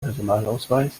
personalausweis